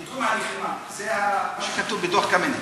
קידום הלחימה, זה מה שכתוב בדוח קמיניץ.